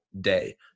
day